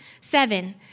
Seven